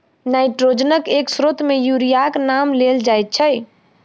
नाइट्रोजनक एक स्रोत मे यूरियाक नाम लेल जाइत छै